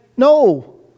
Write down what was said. no